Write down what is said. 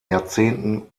jahrzehnten